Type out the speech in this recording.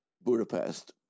Budapest